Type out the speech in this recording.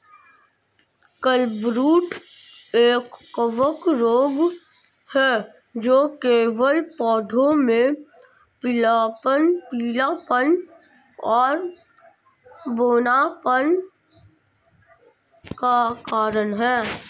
clubroot एक कवक रोग है जो केवल पौधों में पीलापन और बौनापन का कारण है